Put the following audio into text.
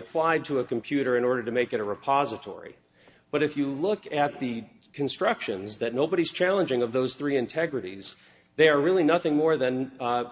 applied to a computer in order to make it a repository but if you look at the constructions that nobody's challenging of those three integrities they're really nothing more than